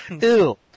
ew